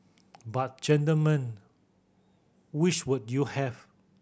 but gentlemen which would you have